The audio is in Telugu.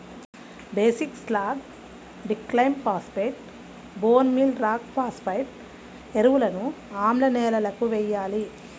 బేసిక్ స్లాగ్, డిక్లైమ్ phosphate, bone meal rock phosphate ఎరువులను ఆమ్ల నేలలకు వేయాలి